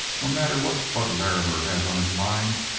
no matter what bud larrimer has on his mind,